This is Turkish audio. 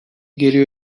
geri